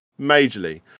majorly